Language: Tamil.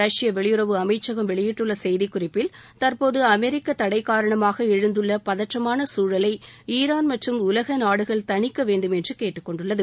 ரஷ்ய வெளியுறவுத்துறை அமைச்சகம் வெளியிட்டுள்ள செய்திக் குறிப்பில் தற்போது அமெரிக்க தடை காரணமாக எழுந்துள்ள பதற்றமான சூழலை ஈரான் மற்றும் உலக நாடுகள் தனிக்க வேண்டும் என்று கேட்டுக்கொண்டுள்ளது